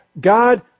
God